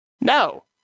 no